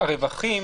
כי הרווחים